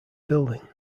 building